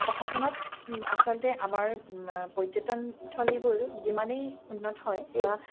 প্ৰশাসনত আচলতে আমাৰ পৰ্যটনস্থলীবোৰ যিমানেই উন্নত হয় বা